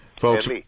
folks